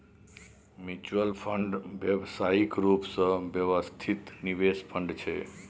mutual fund व्यावसायिक रूप सँ व्यवस्थित निवेश फंड छै